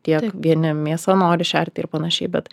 tiek vieni mėsa nori šerti ir panašiai bet